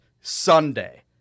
Sunday